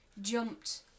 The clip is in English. jumped